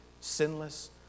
sinless